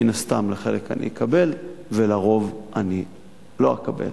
מן הסתם, לחלק אני אקבל ולרוב אני לא אקבל,